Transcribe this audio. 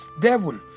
devil